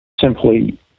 simply